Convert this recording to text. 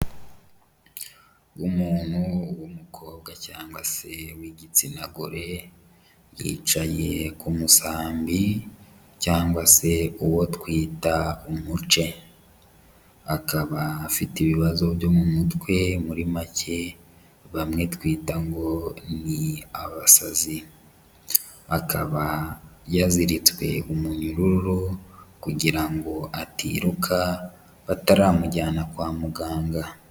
Umuntu w'umukobwa cyangwa se w'igitsina gore, yicaye ku musambi cyangwa se uwo twita umuce, akaba afite ibibazo byo mu mutwe muri make bamwe twita ngo ni abasazi, akaba yaziritswe umunyururu kugira ngo atiruka bataramujyana kwa muganga.